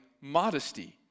modesty